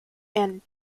and